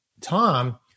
Tom